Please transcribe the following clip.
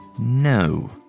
No